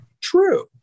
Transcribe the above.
true